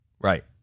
Right